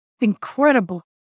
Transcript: incredible